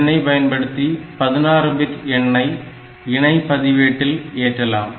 இதனை பயன்படுத்தி 16 பிட் எண்ணை இணை பதிவேட்டில் ஏற்றலாம்